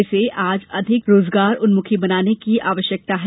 इसे आज अधिक रोजगारन्मुखी बनाने की आवश्यकता है